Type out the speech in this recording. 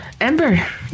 Ember